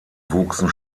wuchsen